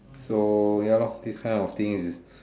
so ya lor this kind of thing is